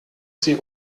sie